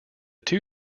two